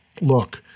look